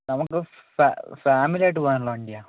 അതൊന്ന് ഫാമിലിയായിട്ട് പോകാനുള്ള വണ്ടിയാണ്